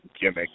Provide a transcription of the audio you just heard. gimmick